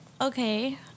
Okay